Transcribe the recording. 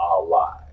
alive